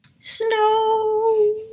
Snow